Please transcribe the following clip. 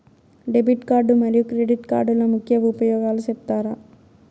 Debit card మరియు credit కార్డుల ముఖ్య ఉపయోగాలు సెప్తారా?